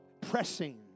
pressing